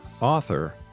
author